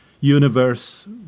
universe